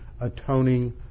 atoning